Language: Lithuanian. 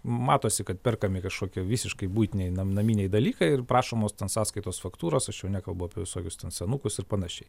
matosi kad perkami kažkokie visiškai buitiniai nam naminiai dalykai ir prašomos ten sąskaitos faktūros aš jau nekalbu apie visokius ten senukus ir panašiai